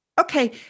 okay